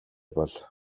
бол